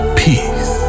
peace